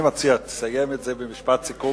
אני מציע, תסיים את זה במשפט סיכום,